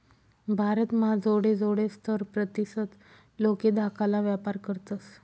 भारत म्हा जोडे जोडे सत्तर प्रतीसत लोके धाकाला व्यापार करतस